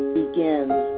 begins